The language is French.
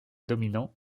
dominants